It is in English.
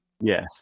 Yes